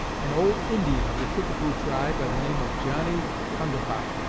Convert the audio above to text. an old indian of the kickapoo tribe by the name of johnnie kongapod.